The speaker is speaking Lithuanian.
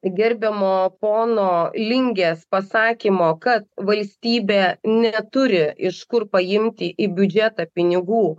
gerbiamo pono lingės pasakymo kad valstybė neturi iš kur paimti į biudžetą pinigų